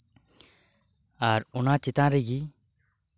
ᱟᱨ ᱚᱱᱟ ᱪᱮᱛᱟᱱ ᱨᱮᱜᱮ